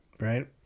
Right